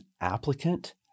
applicant